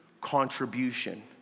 contribution